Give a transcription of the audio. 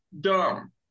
dumb